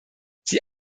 sie